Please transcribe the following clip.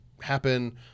happen